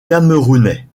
camerounais